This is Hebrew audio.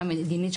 מבחינה מדינית.